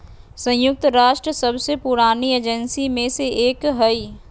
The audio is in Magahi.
संयुक्त राष्ट्र सबसे पुरानी एजेंसी में से एक हइ